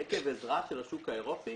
עקב עזרה של השוק האירופי